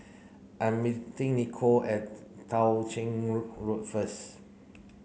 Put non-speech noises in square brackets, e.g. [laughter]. I meeting Nichole at Tao Ching [unintelligible] Road first